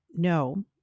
No